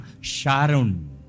Sharon